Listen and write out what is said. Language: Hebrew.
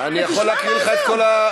אני יכול להקריא לך את כל,